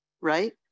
right